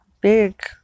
Big